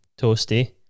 toasty